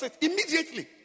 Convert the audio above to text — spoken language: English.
Immediately